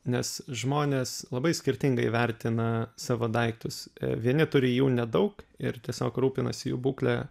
nes žmonės labai skirtingai vertina savo daiktus vieni turi jų nedaug ir tiesiog rūpinasi jų būkle